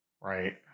right